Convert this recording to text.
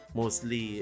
mostly